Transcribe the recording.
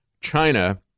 China